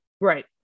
Right